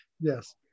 Yes